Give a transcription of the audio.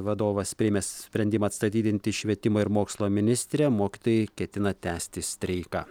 vadovas priėmė sprendimą atstatydinti švietimo ir mokslo ministrę mokytojai ketina tęsti streiką